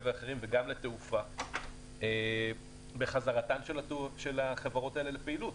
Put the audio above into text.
ואחרים וגם לתעופה לבין חזרתן של החברות האלה לפעילות.